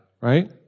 right